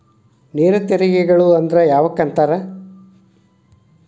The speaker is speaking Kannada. ನೇರ ತೆರಿಗೆಗಳ ಅಂದ್ರ ಯಾವಕ್ಕ ಅಂತಾರ